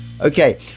Okay